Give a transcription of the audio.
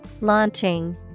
Launching